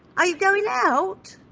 are you going out?